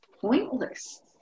pointless